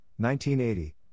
1980